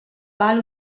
pal